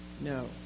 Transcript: No